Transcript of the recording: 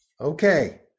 Okay